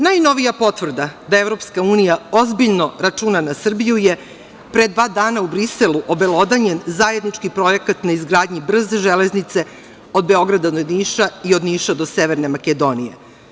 Najnovija potvrda da EU ozbiljno računa na Srbiju je pre dva dana u Briselu obelodanjen zajednički projekat na izgradnji brze železnice od Beograda do Niša i od Niša do Severne Makedonije.